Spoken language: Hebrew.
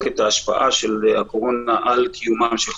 את ההשפעה של הקורונה על קיומם של חוזים,